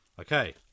Okay